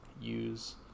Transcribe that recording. use